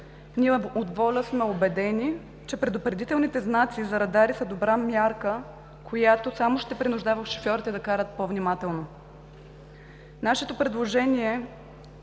Ние от „Воля“ сме убедени, че предупредителните знаци за радари са добра мярка, която само ще принуждава шофьорите да карат по-внимателно. Нашето предложение